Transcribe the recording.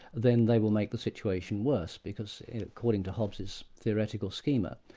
then they will make the situation worse, because according to hobbes' theoretical schema,